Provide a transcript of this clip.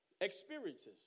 Experiences